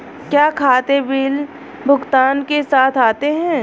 क्या खाते बिल भुगतान के साथ आते हैं?